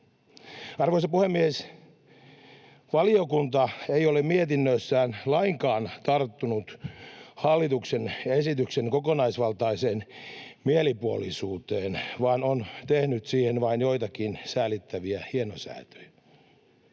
Arvoisa puhemies! Valiokunta ei ole mietinnössään lainkaan tarttunut hallituksen esityksen kokonaisvaltaiseen mielipuolisuuteen vaan on tehnyt siihen vain joitakin säälittäviä hienosäätöjä.